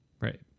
Right